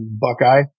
Buckeye